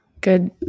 good